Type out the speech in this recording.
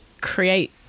create